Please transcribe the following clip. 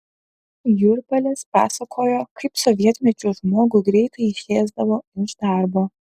jurpalis pasakojo kaip sovietmečiu žmogų greitai išėsdavo iš darbo